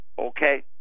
okay